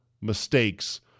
mistakes